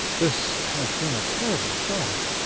this has been a terrible shock!